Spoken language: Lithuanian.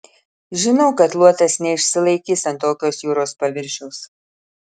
žinau kad luotas neišsilaikys ant tokios jūros paviršiaus